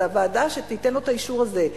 זו הוועדה שתיתן לו את האישור הזה.